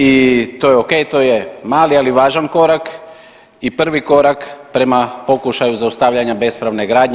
I to je ok, to je mali ali važan korak i prvi korak prema pokušaju zaustavljanju bespravne gradnje.